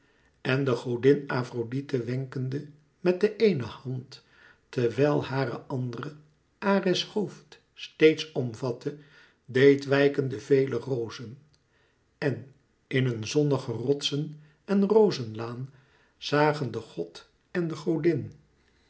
en de godin afrodite wenkende met de eene hand terwijl hare andere ares hoofd steeds omvatte deed wijken de vele rozen en in een zonnige rotsen en rozenlaan zagen de god en de godin